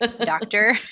doctor